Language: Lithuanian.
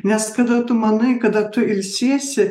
nes kada tu manai kada tu ilsiesi